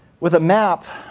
with a map